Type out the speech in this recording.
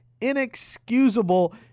Inexcusable